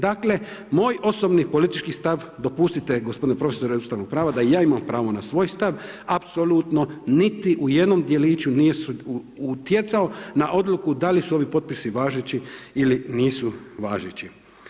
Dakle, moj osobni politički stav, dopustite g. prof. ustavnog prava, da i ja imam pravo na svoj stav, apsolutno niti u jednom djeliću nisu utjecao na odluku da li su ovi potpisi važeći ili nisu važeći.